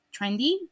trendy